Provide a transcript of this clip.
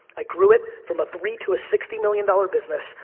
i grew it from a three to a sixty million dollars business,